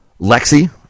Lexi